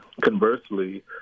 Conversely